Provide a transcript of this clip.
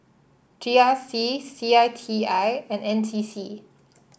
G R C C I T I and N C C